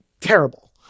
Terrible